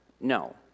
No